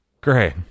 Great